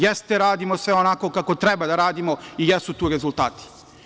Jeste, radimo sve onako kako treba da radimo i jesu tu rezultati.